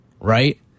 right